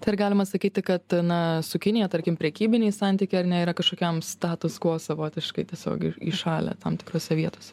tai ar galima sakyti kad na su kinija tarkim prekybiniai santykiai ar ne yra kažkokiam status kvo savotiškai tiesiog ir įšalę tam tikrose vietose